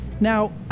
now